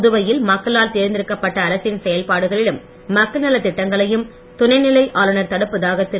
புதுவையில் மக்களால் தேர்ந்தெடுக்கப் பட்ட அரசின் செயல்பாடுகளிலும் மக்கள் நலத் திட்டங்களையும் துணைநிலை ஆளுனர் தடுப்பதாக திரு